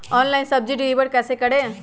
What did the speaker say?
Online सब्जी deliver कैसे करें?